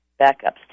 backups